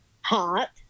hot